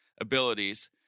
abilities